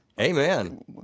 Amen